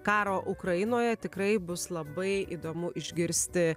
karo ukrainoje tikrai bus labai įdomu išgirsti